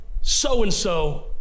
so-and-so